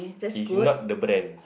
is not the brand